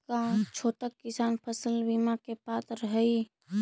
का छोटा किसान फसल बीमा के पात्र हई?